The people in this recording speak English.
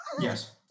Yes